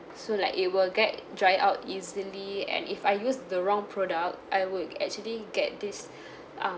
so like it will get dry out easily and if I used the wrong product I would actually get this uh